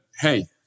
hey